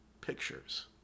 pictures